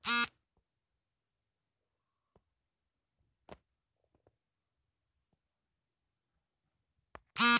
ನೀರು ಗಾಳಿ ಮಂಜುಗಡ್ಡೆ ಮತ್ತು ಗುರುತ್ವಾಕರ್ಷಣೆ ಪ್ರತಿಕ್ರಿಯೆಯ ಚಲನೆಯಿಂದ ಮಣ್ಣಿನ ಸವೆತ ಉಂಟಾಗ್ತದೆ